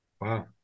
Wow